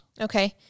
Okay